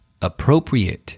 Appropriate